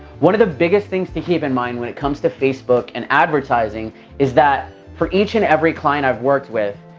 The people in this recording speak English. one of the biggest things to keep in mind when it comes to facebook and advertising is that for each and every client i've worked with,